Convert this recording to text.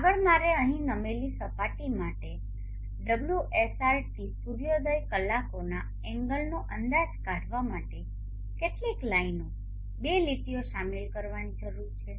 આગળ મારે અહીં નમેલી સપાટી માટે ωsrt સૂર્યોદય કલાકોના એંગલનો અંદાજ કાઢવા માટે કેટલીક લાઇનો બે લીટીઓ શામેલ કરવાની જરૂર છે